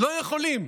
לא יכולים.